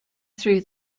through